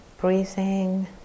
breathing